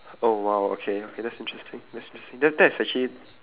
oh !wow! okay okay that's interesting that's interesting tha~ that is actually